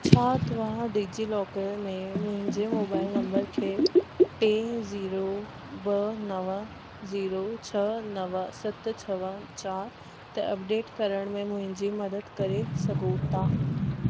छा तव्हां डिजिलॉकर में मुंहिंजे मोबाइल नंबर खे टे ज़ीरो ॿ नव ज़ीरो छह नव सत छह चारि ते अपडेट करण में मुंहिंजी मदद करे सघो था